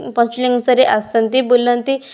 ପଞ୍ଚଲିଙ୍ଗେଶ୍ୱରରେ ଆସନ୍ତି ବୁଲନ୍ତି